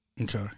okay